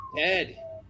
Ed